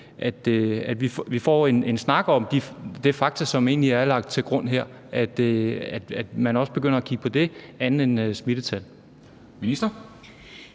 at vi får en snak om de fakta, som egentlig er lagt til grund her, altså at man også begynder at kigge på det og ikke kun på smittetal?